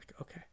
Okay